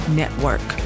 network